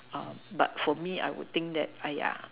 but for me I would think that